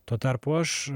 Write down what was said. tuo tarpu aš